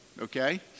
Okay